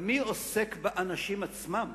אבל מי עוסק באנשים עצמם?